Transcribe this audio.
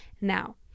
now